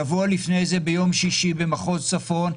שבוע לפני כן ביום שישי במחוז צפון,